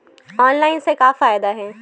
Online से का फ़ायदा हे?